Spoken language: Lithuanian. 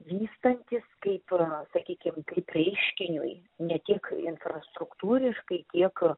vystantis kaip sakykim kaip reiškiniui ne tik infrastruktūriškai tiek